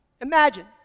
Imagine